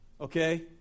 okay